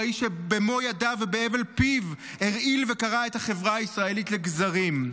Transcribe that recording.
האיש שבמו ידיו ובהבל פיו הרעיל וקרע את החברה הישראלית לגזרים.